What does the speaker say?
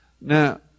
Now